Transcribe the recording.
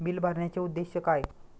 Bill भरण्याचे उद्देश काय?